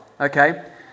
okay